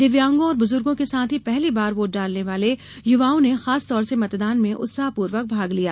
दिव्यांगों और बुजुर्गो के साथ ही पहली बार वोट डालने वाले युवाओं ने खासतौर से मतदान में उत्साहपूर्वक भाग लिया